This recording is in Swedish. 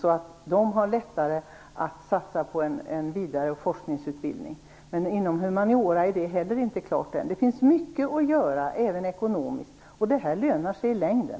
Doktoranderna har lättare att satsa på en vidare forskningsutbildning. Inom humaniora är detta inte klart än. Det finns mycket att göra - även ekonomiskt. Studielön lönar sig i längden.